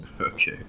Okay